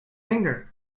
finger